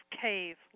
cave